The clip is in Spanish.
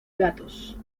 gatos